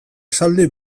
esaldi